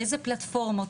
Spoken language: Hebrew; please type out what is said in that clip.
באיזה פלטפורמות,